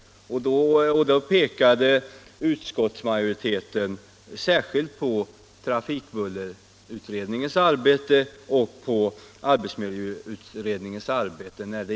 Då pekade utskottsmajoriteten särskilt på trafikbullerutredningens och arbetsmiljöutredningens arbete.